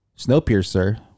Snowpiercer